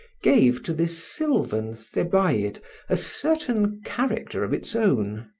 gave to this sylvan thebaid a certain character of its own.